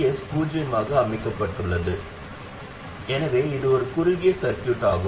Vs பூஜ்ஜியமாக அமைக்கப்பட்டுள்ளது எனவே இது ஒரு குறுகிய சர்கியூட் ஆகும்